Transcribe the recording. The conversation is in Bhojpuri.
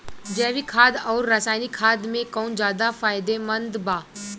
जैविक खाद आउर रसायनिक खाद मे कौन ज्यादा फायदेमंद बा?